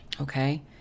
Okay